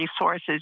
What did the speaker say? resources